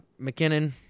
McKinnon